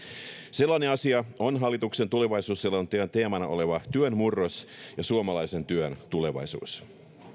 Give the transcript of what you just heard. sellainen asia on hallituksen tulevaisuusselonteon teemana oleva työn murros ja suomalaisen työn tulevaisuus